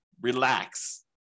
Relax